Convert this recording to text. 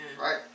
Right